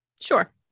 Sure